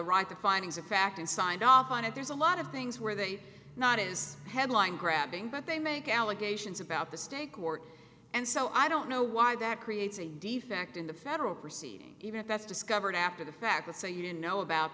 write the findings of fact and signed off on it there's a lot of things where they not is headline grabbing but they make allegations about the state court and so i don't know why that creates a defect in the federal proceeding even if that's discovered after the fact so you didn't know about